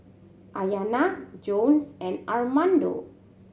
Ayana Jones and Armando